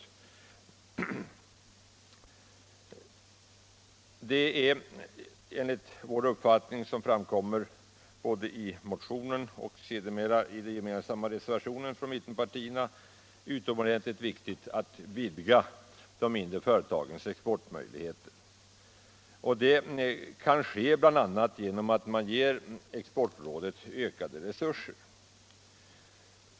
Enligt vår uppfattning, som framkommer i motionen och sedermera i den gemensamma reservationen från mittenpartierna, är det utomordentligt viktigt att vidga de mindre företagens exportmöjligheter. Det 113 kan ske bl.a. genom att man ger Exportrådet ökade resurser.